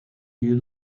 you